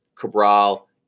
Cabral